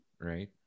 right